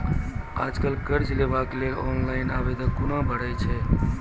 आज कल कर्ज लेवाक लेल ऑनलाइन आवेदन कूना भरै छै?